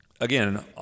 again